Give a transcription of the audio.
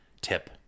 tip